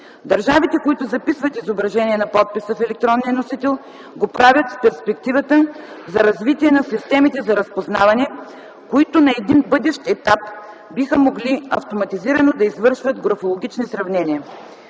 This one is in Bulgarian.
Държавите, които записват изображение на подписа в електронния носител, го правят с перспективата за развитие на системите за разпознаване, които на един бъдещ етап биха могли автоматизирано да извършват графологични сравнения.